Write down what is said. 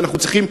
ואנחנו צריכים,